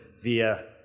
via